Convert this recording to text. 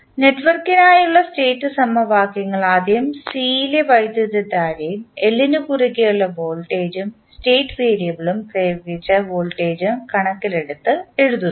ഇപ്പോൾ നെറ്റ്വർക്കിനായുള്ള സ്റ്റേറ്റ് സമവാക്യങ്ങൾ ആദ്യം സിയിലെ വൈദ്യുതധാരയും L നു കുറുകെ ഉള്ള വോൾട്ടേജും സ്റ്റേറ്റ് വേരിയബിളും പ്രയോഗിച്ച വോൾട്ടേജും കണക്കിലെടുത്ത് എഴുതുന്നു